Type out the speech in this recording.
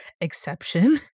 exception